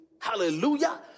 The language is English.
hallelujah